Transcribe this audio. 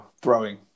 throwing